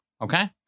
Okay